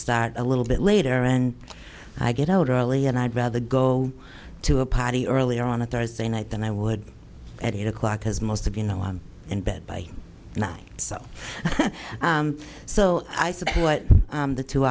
start a little bit later and i get out early and i'd rather go to a party earlier on a thursday night than i would at eight o'clock because most of you know i'm in bed by now so so i suppose what the two